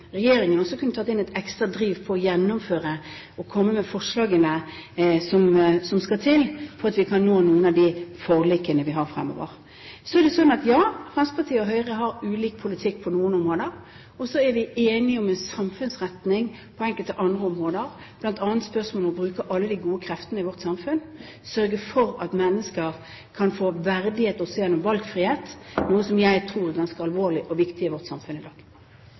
regjeringen også kunne satt inn ekstra driv for å gjennomføre og komme med forslagene som skal til for at vi kan nå noen av forlikene fremover. Ja, Fremskrittspartiet og Høyre har ulik politikk på noen områder, og så er vi enige om en samfunnsretning på enkelte andre områder, bl.a. spørsmålet om å bruke alle de gode kreftene i vårt samfunn og sørge for at mennesker kan få verdighet også gjennom valgfrihet, noe som jeg tror er ganske alvorlig og viktig i vårt samfunn i dag.